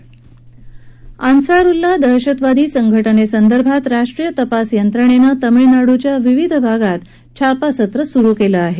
अन्सारउल्लाह दहशतवादी संघटनेसंदर्भात राष्ट्रीय तपास यंत्रणेनं तामिळनाडूच्या विविध भागात छापासत्र सुरू केलं आहे